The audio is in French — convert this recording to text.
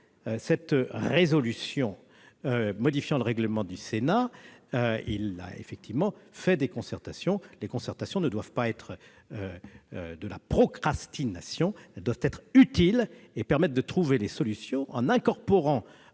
notre règlement, le président du Sénat a effectivement procédé à des concertations. Les concertations ne doivent pas être de la procrastination. Elles doivent être utiles et permettre de trouver les solutions en y incorporant